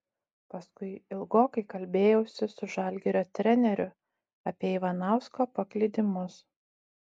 paskui ilgokai kalbėjausi su žalgirio treneriu apie ivanausko paklydimus